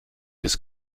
des